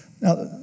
Now